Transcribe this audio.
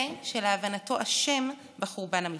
זה שלהבנתו אשם בחורבן המתקרב.